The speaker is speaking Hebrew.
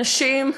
נשים,